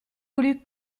voulut